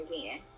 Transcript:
again